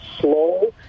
slow